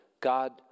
God